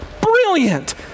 brilliant